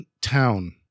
town